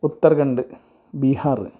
Uttarakhand Bihar